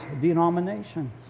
denominations